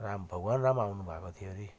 राम भगवान राम आउनुभएको थियो अरे